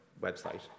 website